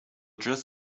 just